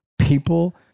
people